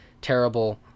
terrible